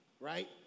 right